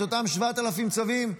את אותם 7,000 צווים,